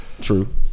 True